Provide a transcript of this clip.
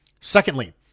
Secondly